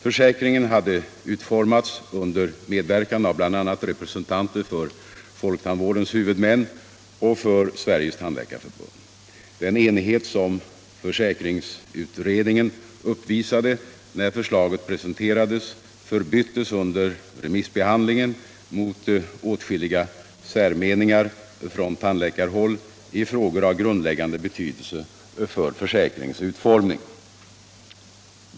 Försäkringen hade utformats under medverkan av bl.a. representanter för folktandvårdens huvudmän och för Sveriges tandläkarförbund. Den enighet som försäkringsutredningen uppvisade när förslaget presenterades förbyttes under remissbehandlingen mot åtskilliga särmeningar från tandläkarhåll i frågor av grundläggande betydelse för försäkringens utformning.